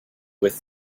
with